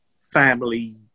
family